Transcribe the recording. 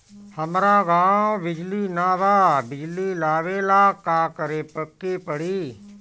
हमरा गॉव बिजली न बा बिजली लाबे ला का करे के पड़ी?